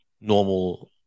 normal